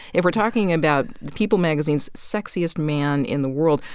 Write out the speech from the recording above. if we're talking about people magazine's sexiest man in the world,